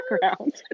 background